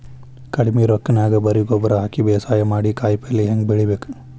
ಕಡಿಮಿ ರೊಕ್ಕನ್ಯಾಗ ಬರೇ ಗೊಬ್ಬರ ಹಾಕಿ ಬೇಸಾಯ ಮಾಡಿ, ಕಾಯಿಪಲ್ಯ ಹ್ಯಾಂಗ್ ಬೆಳಿಬೇಕ್?